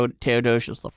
Theodosius